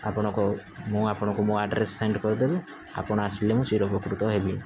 ଆପଣଙ୍କ ମୁଁ ଆପଣଙ୍କୁ ମୋ ଆଡ୍ରେସ୍ ସେଣ୍ଡ କରିଦେବି ଆପଣ ଆସିଲେ ମୁଁ ଚିର ଉପ୍ରକୃତ ହେବି